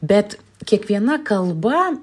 bet kiekviena kalba